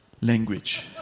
language